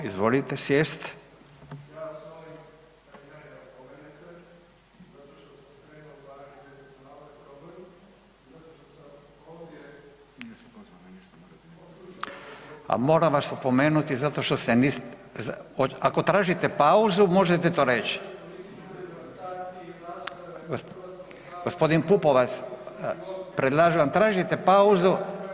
Izvolite sjest. … [[Upadica se ne razumije.]] A moram vas opomenuti zato što se, ako tražite pauzu možete to reći. … [[Upadica se ne razumije.]] Gospodin Pupovac predlažem vam tražite pauzu.